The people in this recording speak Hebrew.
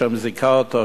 ה' זיכה אותו,